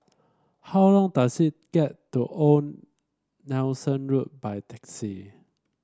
how long does it get to Old Nelson Road by taxi